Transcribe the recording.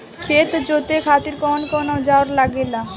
खेत जोते खातीर कउन कउन औजार लागेला?